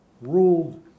ruled